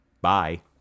bye